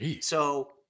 So-